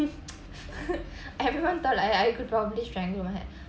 with everyone thought I I could probably strangle my hair